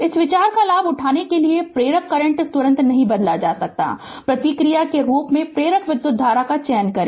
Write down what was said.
इस विचार का लाभ उठाने के लिए कि प्रेरक करंट तुरंत नहीं बदल सकता है प्रतिक्रिया के रूप में प्रेरक विधुत धारा का चयन करें